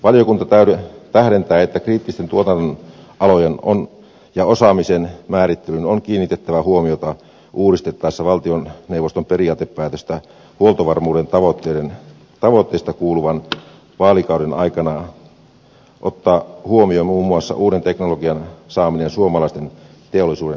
valiokunta tähdentää että kriittisten tuotannonalojen ja osaamisen määrittelyyn on kiinnitettävä huomiota uudistettaessa valtioneuvoston periaatepäätöstä huoltovarmuuden tavoitteista kuluvan vaalikauden aikana ottaen huomioon muun muassa uuden teknologian saamisen suomalaisen teollisuuden ulottuville